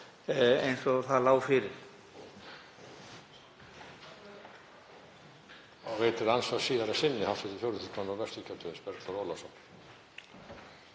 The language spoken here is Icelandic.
eins og það lá fyrir.